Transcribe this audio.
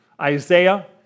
Isaiah